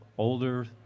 older